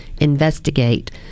investigate